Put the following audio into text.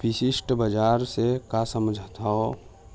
विशिष्ट बजार से का समझथव?